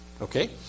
Okay